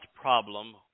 problem